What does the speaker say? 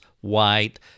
white